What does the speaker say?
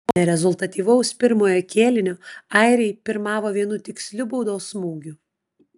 po nerezultatyvaus pirmojo kėlinio airiai pirmavo vienu tiksliu baudos smūgiu